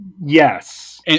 Yes